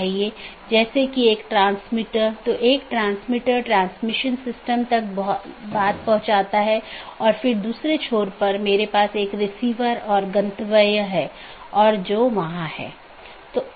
सत्र का उपयोग राउटिंग सूचनाओं के आदान प्रदान के लिए किया जाता है और पड़ोसी जीवित संदेश भेजकर सत्र की स्थिति की निगरानी करते हैं